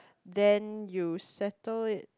then you settle it